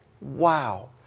Wow